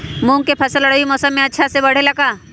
मूंग के फसल रबी मौसम में अच्छा से बढ़ ले का?